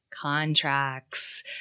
contracts